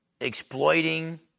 exploiting